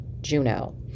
Juno